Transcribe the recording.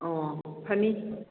ꯑꯣ ꯐꯅꯤ